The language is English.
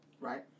Right